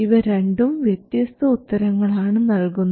ഇവ രണ്ടും വ്യത്യസ്ത ഉത്തരങ്ങൾ ആണ് നൽകുന്നത്